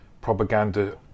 propaganda